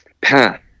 path